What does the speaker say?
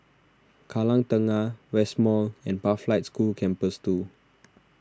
Kallang Tengah West Mall and Pathlight School Campus two